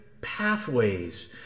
pathways